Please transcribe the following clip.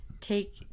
take